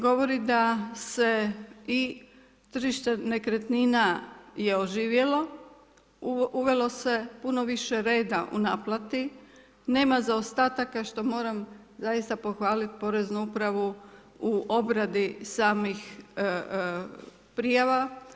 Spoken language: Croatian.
Govori da se i tržište nekretnina je oživjelo, uvelo se puno više reda u naplati, nema zaostataka što moram zaista pohvaliti poreznu upravu u obradi samih prijava.